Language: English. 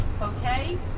Okay